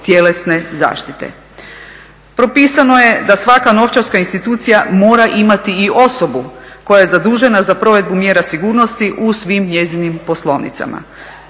tjelesne zaštite. Propisano je da svaka novčarska institucija mora imati i osobu koja je zadužena za provedbu mjera sigurnosti u svim njezinim poslovnicama,